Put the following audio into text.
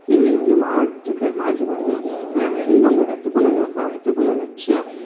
evening வந்து மாட்டுக்கு மாட்டுக்கு வந்து வெண்பொங்கல் வைத்து பொங்கல்னு வைப்பாங்க வைத்து பொங்கல் வச்சு